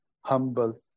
humble